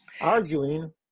Arguing